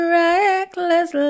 reckless